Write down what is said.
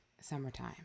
summertime